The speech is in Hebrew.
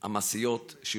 המעשיות שיוסקו.